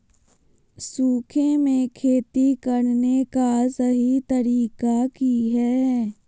सूखे में खेती करने का सही तरीका की हैय?